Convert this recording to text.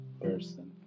person